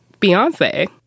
Beyonce